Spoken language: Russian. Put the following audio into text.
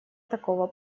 такого